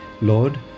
Lord